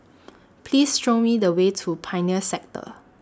Please Show Me The Way to Pioneer Sector